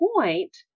point